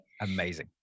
Amazing